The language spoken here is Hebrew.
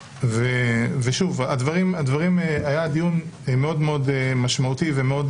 שוב, היה דיון מאוד מאוד משמעותי ומאוד